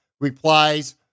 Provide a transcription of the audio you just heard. replies